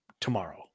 tomorrow